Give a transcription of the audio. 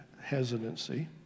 hesitancy